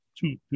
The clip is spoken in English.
two